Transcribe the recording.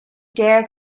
dare